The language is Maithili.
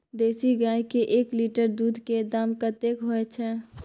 देसी गाय के एक लीटर दूध के दाम कतेक होय छै?